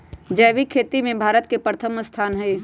जैविक खेती में भारत के प्रथम स्थान हई